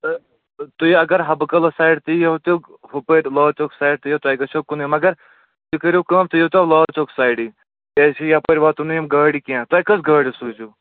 تہٕ تُہۍ اَگر حبہٕ کدٕل سایِڈٕ تہِ یِیو تہٕ ہُپٲرۍ لال چوک سایِڈٕ تہِ یِیو تۄہہِ گژھٮ۪و کُنُے مگر تُہۍ کٔرِو کٲم تُہۍ ییٖتو لال چوک سایِڈٕے کیٛازِ یپٲرۍ واتنَو نہٕ یِم گٲڑِ کیٚنٛہہ تۄہہِ کٔژ گٲڑۍ سوٗزِو